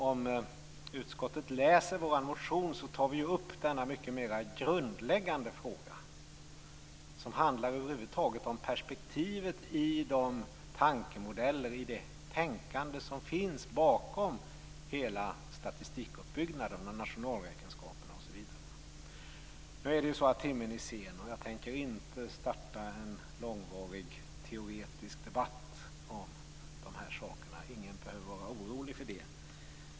Om utskottets ledamöter läser vår motion ser man att vi tar upp denna mycket grundläggande fråga, som handlar om perspektivet över huvud taget i det tänkande som finns bakom hela statistikuppbyggnaden, med nationalräkenskaperna osv. Timmen är sen, och jag tänker inte starta en lång teoretisk debatt om de här sakerna - ingen behöver vara orolig för det.